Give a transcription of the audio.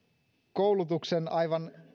koulutuksen aivan